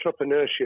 entrepreneurship